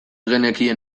genekien